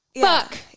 Fuck